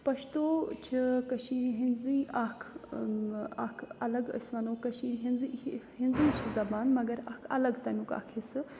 پٔشتوٗ چھِ کٔشیٖرِ ہِنٛزٕے اَکھ اَکھ الگ أسۍ وَنو کٔشیٖر ہِنٛزٕے ہِنٛزٕے چھِ زبان مگر اَکھ الگ تَمیُک اَکھ حِصہٕ